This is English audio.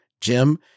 Jim